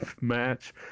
match